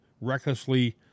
recklessly